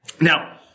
Now